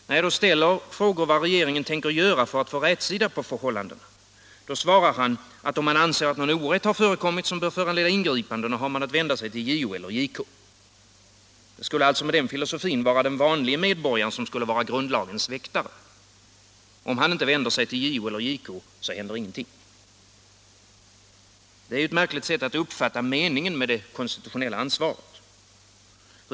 När jag frågar vad regeringen tänker göra för att få rätsida på förhållandena, svarar justitieministern att om man anser att någon orätt har förekommit som bör föranleda ingripanden, har man att vända sig till JO eller JK. Det skulle alltså, med den filosofin, vara den vanlige medborgaren som skulle vara grundlagens väktare. Om inte han vänder sig till JO eller JK, så händer ingenting. Detta är ju ett märkligt sätt att uppfatta meningen med det konstitutionella ansvaret.